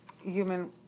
human